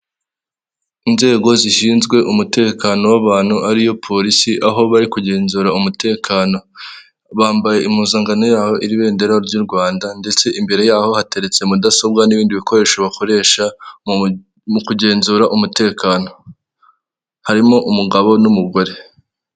Inzego zishinzwe umutekano w'abantu ariyo polisi aho bari kugenzura umutekano bambaye impuzankano yaho iri bendera ry'u Rwanda, ndetse imbere yaho hateretse mudasobwa n'ibindi bikoresho bakoresha mu mu kugenzura umutekano harimo umugabo n'umugore.